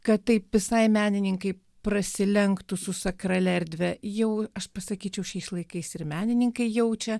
kad taip visai menininkai prasilenktų su sakralia erdve jau aš pasakyčiau šiais laikais ir menininkai jaučia